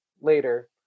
later